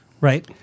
right